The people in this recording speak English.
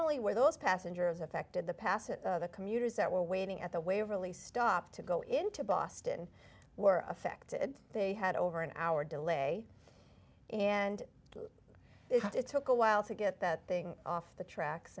only were those passengers affected the passage commuters that were waiting at the waverly stop to go into boston were affected they had over an hour delay and it took a while to get that thing off the tracks